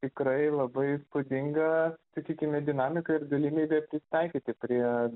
tikrai labai įspūdingą sakykime dinamika ir galimybė prisitaikyti prie